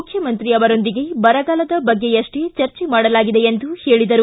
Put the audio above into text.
ಮುಖ್ಕಮಂತ್ರಿ ಅವರೊಂದಿಗೆ ಬರಗಾಲದ ಬಗ್ಗೆಯಷ್ಟ ಚರ್ಚೆ ಮಾಡಲಾಗಿದೆ ಎಂದು ಹೇಳಿದರು